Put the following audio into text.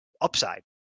upside